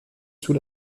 sous